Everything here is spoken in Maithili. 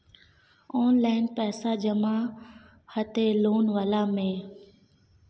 ऑनलाइन पैसा जमा हते लोन वाला में?